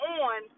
on